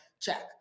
check